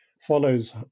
follows